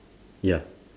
ya